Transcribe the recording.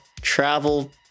travel